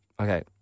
Okay